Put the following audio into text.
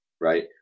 Right